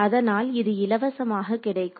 அதனால் இது இலவசமாக கிடைக்கும்